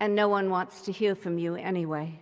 and no one wants to hear from you anyway?